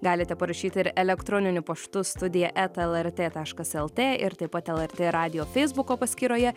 galite parašyti ir elektroniniu paštu studija eta lrt taškas lt ir taip pat lrt radijo feisbuko paskyroje